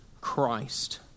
Christ